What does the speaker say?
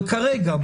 אבל כרגע,